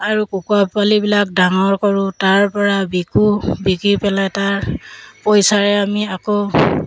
আৰু কুকুৰা পোৱালিবিলাক ডাঙৰ কৰোঁ তাৰপৰা বিকো বিকি পেলাই তাৰ পইচাৰে আমি আকৌ